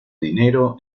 dinero